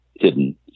hidden